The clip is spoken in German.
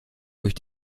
durch